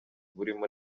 burimo